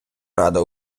ради